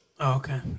okay